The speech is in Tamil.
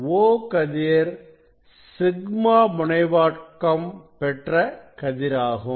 O கதிர் σ முனைவாக்கம் பெற்ற கதிர் ஆகும்